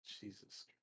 Jesus